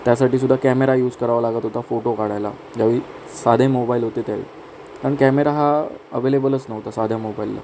त्यासाठीसुद्धा camera use करावा लागत होता फोटो काढायला ज्या वेळी साधे मोबाईल होते त्या वेळी कारण कॅमेरा हा अवेलेबलच नव्हता साध्या मोबाईलला